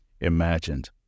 imagined